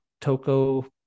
toco